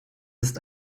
ist